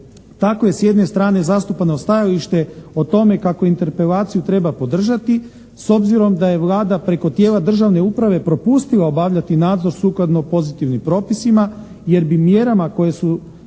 Tako je s jedne strane zastupano stajalište o tome kako interpelaciju treba podržati s obzirom da je Vlada preko tijela državne uprave propustila obavljati nadzor sukladno pozitivnim propisima jer bi mjerama koje su